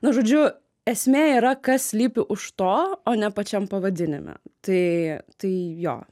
nu žodžiu esmė yra kas slypi už to o ne pačiam pavadinime tai tai jo